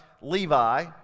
Levi